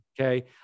Okay